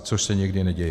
Což se někdy neděje.